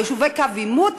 שביישובי קו עימות,